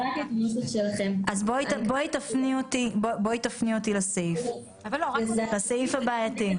בואי תפני אותי לסעיף הבעייתי.